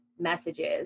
messages